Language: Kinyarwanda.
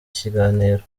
kiganiro